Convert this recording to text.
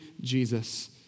Jesus